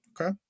okay